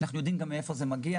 אנחנו גם יודעים מה הסיבה לגידול.